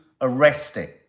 arresting